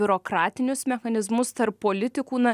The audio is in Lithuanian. biurokratinius mechanizmus tarp politikų na